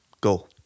Go